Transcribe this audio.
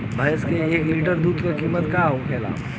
भैंस के एक लीटर दूध का कीमत का होखेला?